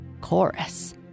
Chorus